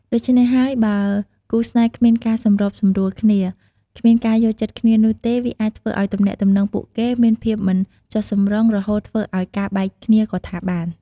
ដូច្នេះហើយបើ បើគូរស្នេហ៍គ្មានការសម្របសម្រួលគ្នា គ្មានការយល់ចិត្តគ្នានោះទេ វាអាចធ្វើឲ្យទំនាក់ទំនងពួកគេ មានភាពមិនចុះសម្រុង រហូតធ្វើឲ្យមានការបែកគ្នាក៏ថាបាន។